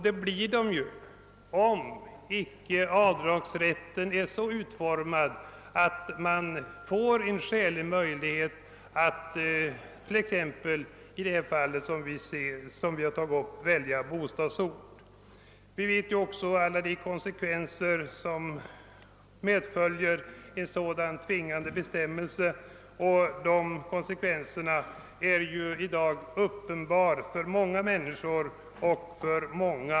Det blir de nämligen, om icke avdragsrätten är så utformad att man får en skälig möjlighet att t.ex. välja bostadsort. Vi känner också till alla de konsekvenser en sådan tvingande bestämmelse medför. Dessa konsekvenser är i dag uppenbara för många människor.